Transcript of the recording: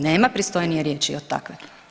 Nema pristojnije riječi od takve.